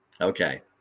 Okay